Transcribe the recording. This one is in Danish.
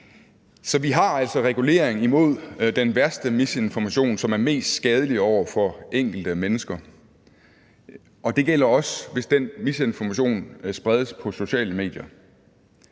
Så vi har altså lovgivning mod den værste misinformation, som er mest skadelig over for enkelte mennesker, og det gælder også, hvis den misinformation spredes på sociale medier.